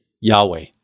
Yahweh